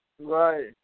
right